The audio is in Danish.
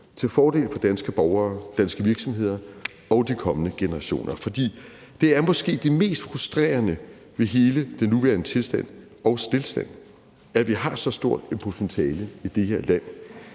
til fordel for danske borgere, danske virksomheder og de kommende generationer. Det er måske det mest frustrerende ved hele den nuværende tilstand og stilstand, at vi har så stort et potentiale i det her land.